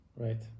Right